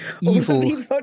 evil